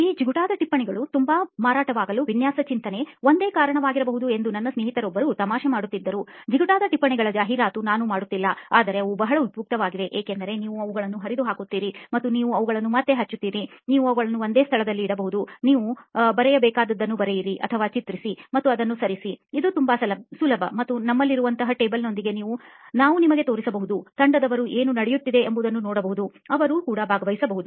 ಈ ಜಿಗುಟಾದ ಟಿಪ್ಪಣಿಗಳು ತುಂಬಾ ಮಾರಾಟವಾಗಲು ವಿನ್ಯಾಸ ಚಿಂತನೆ ಒಂದೇ ಕಾರಣವಾಗಿರಬಹುದು ಎಂದು ನನ್ನ ಸ್ನೇಹಿತರೊಬ್ಬರು ತಮಾಷೆ ಮಾಡುತ್ತಾರೆ ಜಿಗುಟಾದ ಟಿಪ್ಪಣಿಗಳ ಜಾಹೀರಾತು ನಾನು ಮಾಡುತ್ತಿಲ್ಲ ಆದರೆ ಅವು ಬಹಳ ಉಪಯುಕ್ತವಾಗಿವೆ ಏಕೆಂದರೆ ನೀವು ಅವುಗಳನ್ನು ಹರಿದು ಹಾಕುತ್ತೀರಿ ಮತ್ತು ನೀವು ಅವುಗಳನ್ನು ಮತ್ತೆ ಹಚ್ಚುತ್ತೀರಿ ನೀವು ಅವುಗಳನ್ನು ಒಂದೇ ಸ್ಥಳದಲ್ಲಿ ಇಡಬಹುದು ನೀವು ಬರೆಯಬೇಕಾದದ್ದನ್ನು ಬರೆಯಿರಿ ಅಥವಾ ಚಿತ್ರಿಸಿ ಮತ್ತು ಅದನ್ನು ಸರಿಸಿಇದು ತುಂಬಾ ಸುಲಭ ಮತ್ತು ನಮ್ಮಲ್ಲಿರುವಂತಹ ಟೇಬಲ್ ನೊಂದಿಗೆ ನಾನು ನಿಮಗೆ ತೋರಿಸಬಹುದು ತಂಡದವರು ಏನು ನಡೆಯುತ್ತಿದೆ ಎಂಬುದನ್ನು ನೋಡಬಹುದು ಅವರು ಭಾಗವಹಿಸಬಹುದು